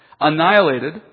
annihilated